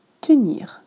tenir